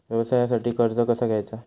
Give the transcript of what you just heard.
व्यवसायासाठी कर्ज कसा घ्यायचा?